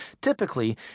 Typically